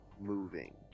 moving